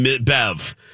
Bev